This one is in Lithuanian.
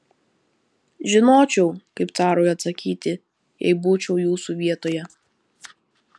žinočiau kaip carui atsakyti jei būčiau jūsų vietoje